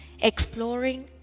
exploring